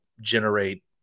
generate